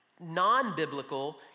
non-biblical